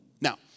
Now